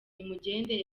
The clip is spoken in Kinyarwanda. nimugende